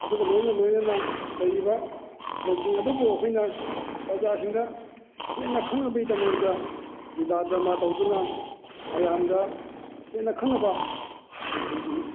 ꯑꯗꯨꯒ ꯂꯣꯏꯅ ꯂꯣꯏꯅꯅ ꯂꯩꯔꯤꯕ ꯂꯟꯁꯤꯡ ꯑꯗꯨꯕꯨ ꯑꯩꯈꯣꯏꯅ ꯄ꯭ꯔꯖꯥꯁꯤꯡꯗ ꯍꯦꯟꯅ ꯈꯪꯅꯕꯒꯤꯗꯃꯛꯇ ꯂꯤꯂꯥ ꯗꯔꯃꯥ ꯇꯧꯗꯨꯅ ꯃꯌꯥꯝꯗ ꯍꯦꯟꯅ ꯈꯪꯅꯕ ꯑꯩꯈꯣꯏꯒꯤ